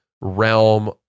realm